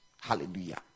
Hallelujah